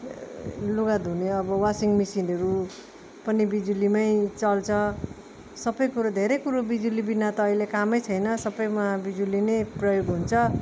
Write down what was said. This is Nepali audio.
लुगा धुने अब वासिङ मिसिनहरू पनि बिजुलीमै चल्छ सबै कुरो धेरै कुरो बिजुली बिना त अहिले कामै छैन सबैमा बिजुली नै प्रयोग हुन्छ